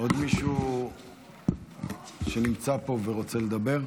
עוד מישהו שנמצא פה ורוצה לדבר?